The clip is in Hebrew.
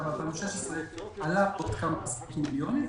ב-2016 עלה בעוד כמה עשרות מיליונים,